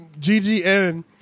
GGN